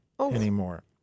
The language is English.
anymore